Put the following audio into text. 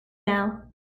now